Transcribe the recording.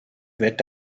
wird